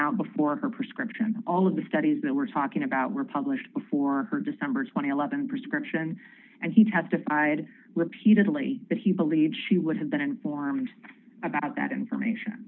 out before her prescription all of the studies that we're talking about were published before december th eleven prescription and he testified repeatedly that he believes she would have been informed about that information